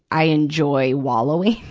i enjoy wallowing,